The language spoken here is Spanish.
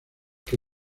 que